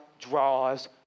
draws